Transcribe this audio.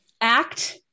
act